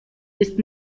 ist